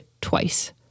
twice